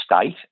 state